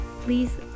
Please